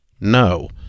no